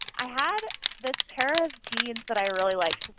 i had this pair of jeans that i really liked.